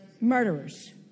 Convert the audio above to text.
murderers